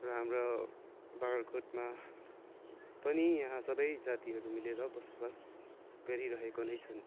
र हाम्रो बाग्रागोटमा पनि यहाँ सबै जातिहरू मिलेर बसोबास गरिरहेका नै छन्